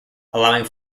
allowing